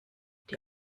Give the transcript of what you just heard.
die